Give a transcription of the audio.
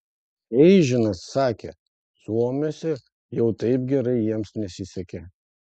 eižinas sakė suomiuose jau taip gerai jiems nesisekė